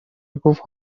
میگفت